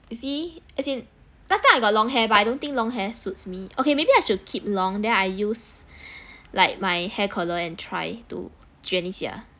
you see as in last time I got long hair but I don't think long hair suits me okay maybe I should keep long then I use like my hair curler and try to 卷一下